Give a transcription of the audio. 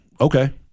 Okay